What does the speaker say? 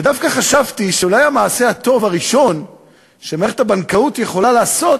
ודווקא חשבתי שאולי המעשה הטוב הראשון שמערכת הבנקאות יכולה לעשות